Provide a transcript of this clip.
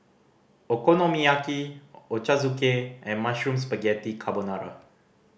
Okonomiyaki Ochazuke and Mushroom Spaghetti Carbonara